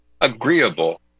agreeable